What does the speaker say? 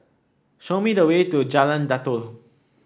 show me the way to Jalan Datoh